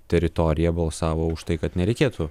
teritorija balsavo už tai kad nereikėtų